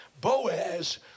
Boaz